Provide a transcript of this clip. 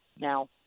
now